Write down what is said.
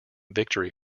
victory